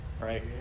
right